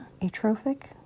Atrophic